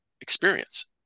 experience